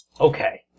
Okay